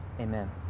Amen